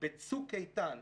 בצוק איתן,